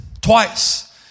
twice